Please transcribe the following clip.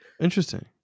interesting